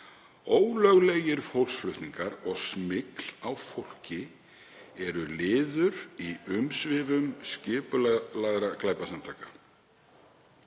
„Ólöglegir fólksflutningar og smygl á fólki eru liður í umsvifum skipulagðra glæpasamtaka.